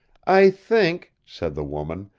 i think, said the woman,